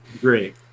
great